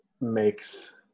makes